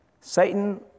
Satan